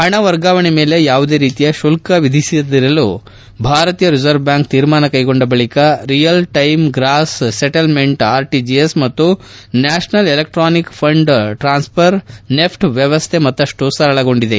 ಹಣ ವರ್ಗಾವಣೆ ಮೇಲೆ ಯಾವುದೇ ರೀತಿಯ ಶುಲ್ತ ವಿಧಿಸದಿರಲು ಭಾರತೀಯ ರಿಸರ್ವ್ ಬ್ಯಾಂಕ್ ತೀರ್ಮಾನ ಕ್ಟೆಗೊಂಡ ಬಳಿಕ real time gross settlement R TGS ಮತ್ತು national electronic fund transfer NEFT ವ್ಯವಸ್ಥೆ ಮತ್ತಷ್ಟು ಸರಳಗೊಂಡಿದೆ